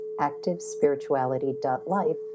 ActiveSpirituality.life